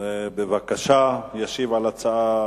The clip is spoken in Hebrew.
להשיב על ההצעה